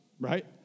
right